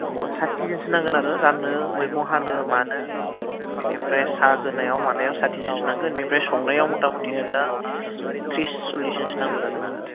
साथिजोनसो नांगोन आरो राननो मैगं हानो मानो बिनिफ्राय साहा होनायाव मानायाव साथिजोनसो नांगोन बिनिफ्राय संनायाव मथामथि नोंनो त्रिस सल्लिसजनसो नांगौ जागोन आरो